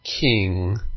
king